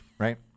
Right